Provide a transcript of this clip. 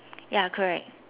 ya correct